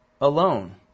alone